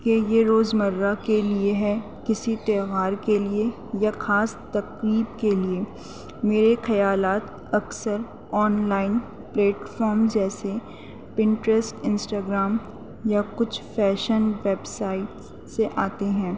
کہ یہ روز مرہ کے لیے ہے کسی تہوار کے لیے یا خاص تقریب کے لیے میرے خیالات اکثر آن لائن پلیٹفام جیسے پنٹرسٹ انسٹاگرام یا کچھ فیشن ویب سائٹس سے آتے ہیں